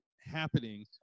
happening